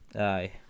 Aye